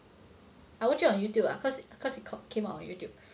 I watch it on YouTube lah cause it cause it came out on YouTube